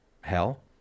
hell